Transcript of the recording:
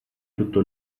tutto